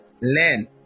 learn